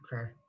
Okay